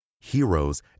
heroes